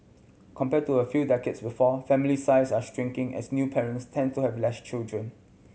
compared to a few decades before family size are shrinking as new parents tend to have less children